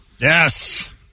Yes